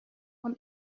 von